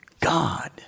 God